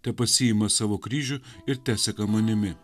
tepasiima savo kryžių ir teseka manimi